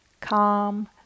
calm